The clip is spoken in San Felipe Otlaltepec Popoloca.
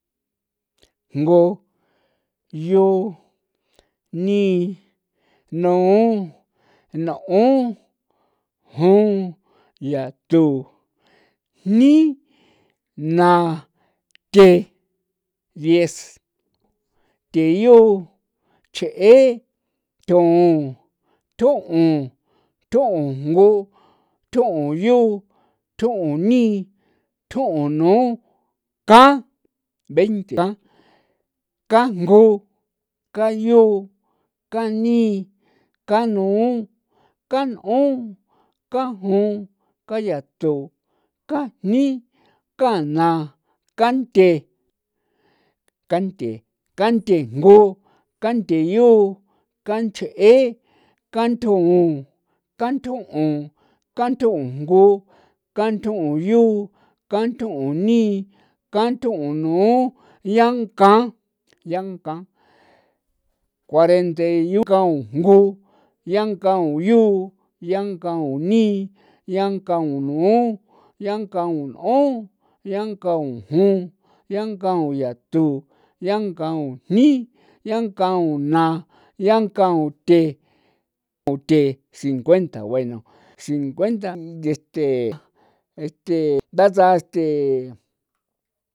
Jngu, yu, ni, nu, n'on, jon, yatu, jni, naa, the, diez, theyu, ch'e, thoun, thoun, thoun jngu, thoun yu, thoun ni, thoun nu, kan veinte, kan jngu, kan yu, kan nii, kan nu, kan n'on, kan jon, kan yatu, kan jni, kan naa, kan the, kanthe, kanthe jngu, kanthe yu, kanch'e, kanthoun on, kanthoun un, kanthoun jngu, kanthoun yu, kanthoun ni, kanthoun nu, yanka, yanka, cuarenta y u, yankau jngu, yankau yu, yankau ni, yankau nu, yankau n'on, yankau jon, yankau yatu, yankau jni, yankau na, yankau the, u the cincuenta bueno cincuenta deste este datsaa este.